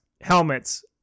helmets